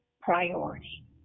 priority